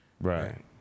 Right